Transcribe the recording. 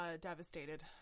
devastated